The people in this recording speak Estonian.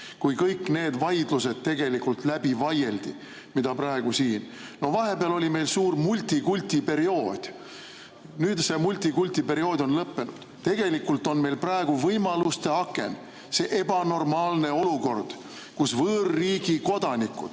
kui kõik need vaidlused tegelikult läbi vaieldi, mida praegu siin [arutatakse]. No vahepeal oli meil suur multikulti periood. Nüüd on see multikulti periood lõppenud. Tegelikult on meil praegu võimaluste aken. See on ebanormaalne olukord, kus võõrriigi kodanikud,